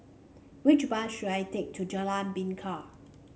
which bus should I take to Jalan Bingka